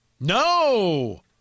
No